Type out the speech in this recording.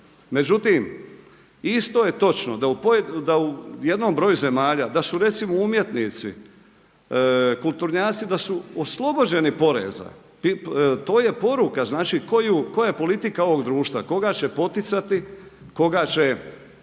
Međutim isto je točno da u jednom broju zemalja da su recimo umjetnici, kulturnjaci da su oslobođeni poreza. To je poruka koja je politika ovog društva, koga će poticati, koga će